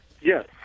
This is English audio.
Yes